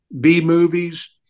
B-movies